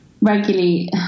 regularly